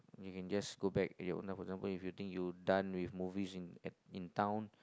you can just go back at your own lah for example if you think you done with movie in at town